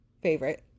favorite